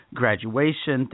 graduation